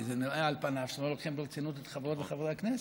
זה נראה על פניו שאתם לא לוקחים ברצינות את חברות וחברי הכנסת.